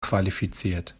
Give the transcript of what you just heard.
qualifiziert